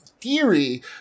theory